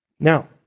Now